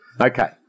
Okay